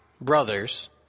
brothers